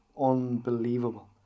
unbelievable